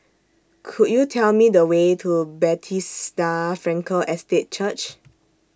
Could YOU Tell Me The Way to Bethesda Frankel Estate Church